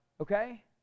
Okay